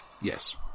Yes